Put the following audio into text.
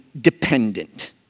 dependent